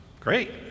Great